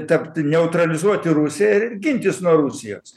tapt neutralizuoti rusiją ir gintis nuo rusijos